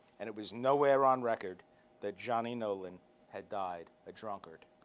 and it was nowhere on record that johnny nolan had died a drunkard.